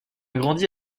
grandi